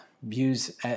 views